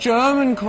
German